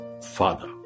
Father